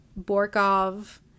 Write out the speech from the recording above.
Borkov